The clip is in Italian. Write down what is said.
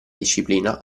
disciplina